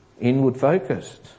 inward-focused